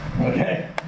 Okay